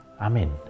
Amen